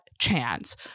chance